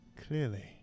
clearly